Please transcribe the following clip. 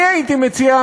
אני הייתי מציע,